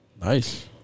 Nice